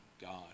God